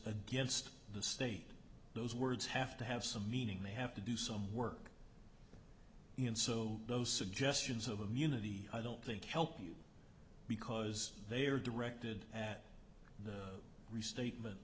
against the state those words have to have some meaning they have to do some work in so those suggestions of immunity i don't think help you because they are directed at the restatement